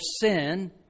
sin